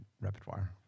repertoire